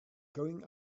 going